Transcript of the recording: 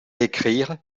écrire